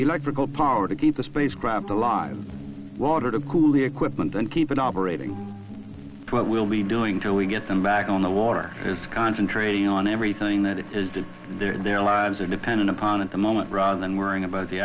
electrical power to keep the spacecraft the lime water to cool the equipment and keep an operating what we'll be doing till we get them back on the water is concentrating on everything that is there and their lives are dependent upon at the moment rather than worrying about the